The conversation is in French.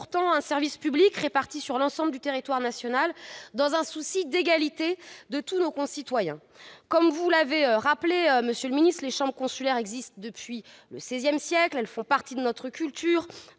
pourtant un service public réparti sur l'ensemble du territoire national dans un souci d'égalité de tous nos concitoyens. Comme vous l'avez rappelé, monsieur le ministre, les chambres consulaires existent depuis le XVI siècle, elles font partie de notre culture